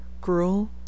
Gruel